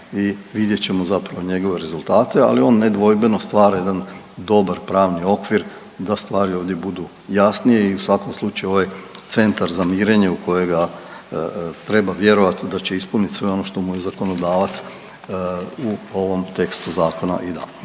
i vidjet ćemo zapravo njegove rezultate, al on nedvojbeno stvara jedan dobar pravni okvir da stvari ovdje budu jasnije i u svakom slučaju ovaj centar za mirenje u kojega treba vjerovat da će ispunit sve ono što mu je zakonodavac u ovom tekstu zakona i dao.